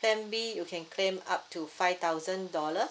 plan B you can claim up to five thousand dollar